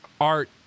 art